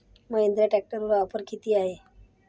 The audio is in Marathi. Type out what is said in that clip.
महिंद्रा ट्रॅक्टरवर ऑफर किती आहे?